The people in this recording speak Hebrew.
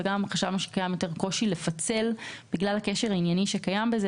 וקיים יותר קושי לפצל בגלל הקשר הענייני שקיים בזה,